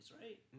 right